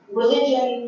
religion